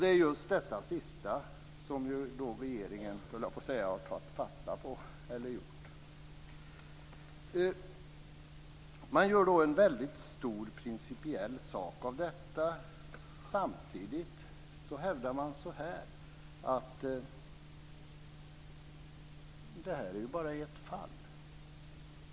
Det är just det sistnämnda som regeringen har gjort. Man gör en väldigt stor principiell sak av detta. Samtidigt hävdar man att det bara gäller ett fall.